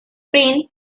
prim